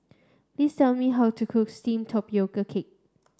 please tell me how to cook steamed tapioca cake